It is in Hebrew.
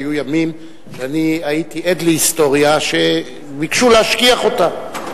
היו ימים שאני הייתי עד להיסטוריה שביקשו להשכיח אותה,